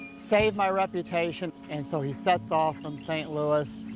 save my reputation. and so he sets off from st. louis,